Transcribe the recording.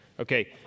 Okay